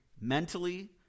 mentally